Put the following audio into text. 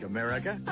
America